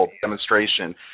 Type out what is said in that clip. demonstration